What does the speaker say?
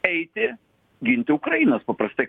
eiti ginti ukrainos paprastai